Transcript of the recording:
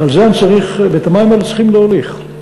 ואת המים האלה צריכים להוליך,